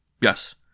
Yes